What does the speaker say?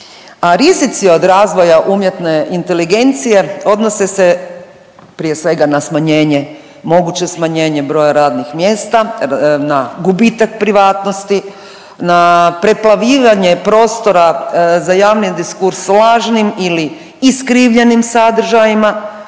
A rizici od razvoja umjetne inteligencije odnosi se prije svega na smanjenje moguće smanjenje broja radnih mjesta, na gubitak privatnosti, na preplavljivanje prostora za javni diskurs lažnim ili iskrivljenim sadržajima,